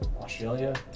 Australia